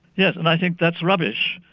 yes, and i think that's rubbish.